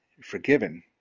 Forgiven